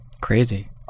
Crazy